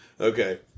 Okay